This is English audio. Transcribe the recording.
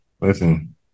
listen